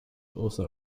also